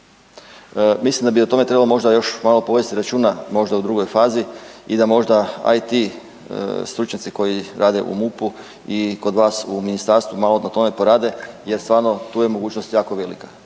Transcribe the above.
Mislim da bi o tome trebalo možda još malo povesti računa možda u drugoj fazi i da možda IT stručnjaci koji rade u MUP-u i kod vas u ministarstvu malo na tome porade jer stvarno tu je mogućnost jako velika.